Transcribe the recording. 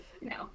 No